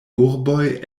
urboj